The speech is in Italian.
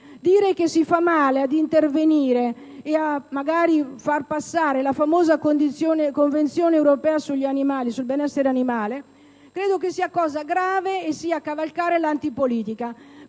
Dire che si fa male ad intervenire e magari a far passare la famosa Convenzione europea sul benessere animale, credo sia cosa grave e sia cavalcare l'antipolitica.